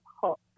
hot